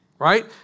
right